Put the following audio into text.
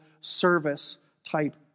service-type